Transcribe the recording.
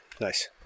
Nice